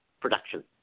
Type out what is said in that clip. production